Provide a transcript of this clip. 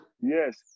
Yes